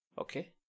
okay